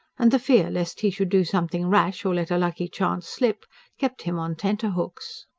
and the fear lest he should do something rash or let a lucky chance slip kept him on tenter-hooks.